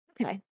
Okay